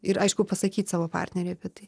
ir aišku pasakyt savo partneriui apie tai